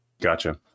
gotcha